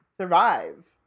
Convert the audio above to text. survive